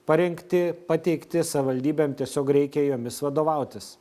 parengti pateikti savivaldybėm tiesiog reikia jomis vadovautis